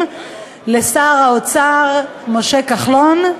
לשר האוצר משה כחלון,